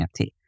NFT